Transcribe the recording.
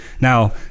now